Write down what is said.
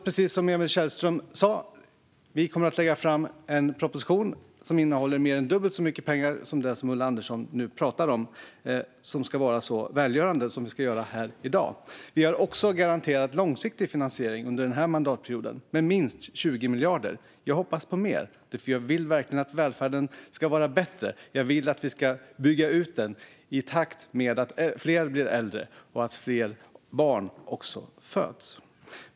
Precis som Emil Källström sa kommer vi att lägga fram en proposition som innehåller mer än dubbelt så mycket pengar som Ulla Andersson nu talar om - det som ska göras här i dag och vara så välgörande. Vi har också garanterat långsiktig finansiering under den här mandatperioden, med minst 20 miljarder. Jag hoppas på mer, för jag vill verkligen att välfärden ska vara bättre. Jag vill att vi ska bygga ut den i takt med att fler blir äldre och att fler barn föds.